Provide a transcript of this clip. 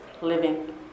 living